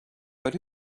but